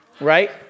Right